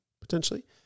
potentially